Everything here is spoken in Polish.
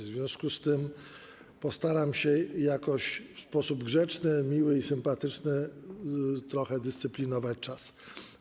W związku z tym postaram się jakoś, w sposób grzeczny, miły i sympatyczny, trochę dyscyplinować w kwestii czasu.